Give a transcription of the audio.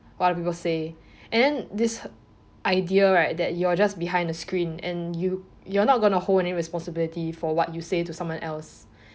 what other people say and then this idea right that you are just behind the screen and you you are not going to hold any responsibility for what you say to someone else